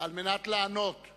על מנת לענות על